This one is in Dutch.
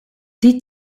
die